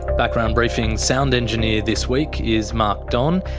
background briefing's sound engineer this week is mark don,